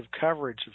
coverage